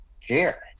care